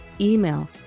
Email